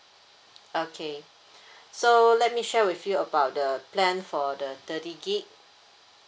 okay so let me share with you about the plan for the thirty gig